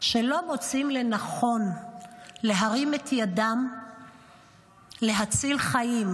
שלא מוצאים לנכון להרים את ידם להציל חיים.